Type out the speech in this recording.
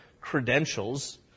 credentials